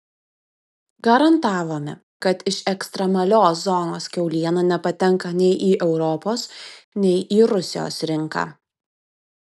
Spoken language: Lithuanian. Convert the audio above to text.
garantavome kad iš ekstremalios zonos kiauliena nepatenka nei į europos nei į rusijos rinką